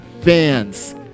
fans